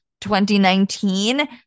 2019